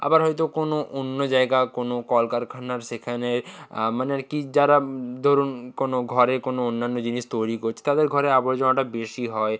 আবার হয়তো কোনো অন্য জায়গা কোনো কলকারখানার সেখানের মানে আর কি যারা ধরুন কোনো ঘরে কোনো অন্যান্য জিনিস তৈরি করছে তাদের ঘরে আবর্জনাটা বেশি হয়